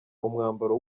umwambaro